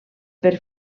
per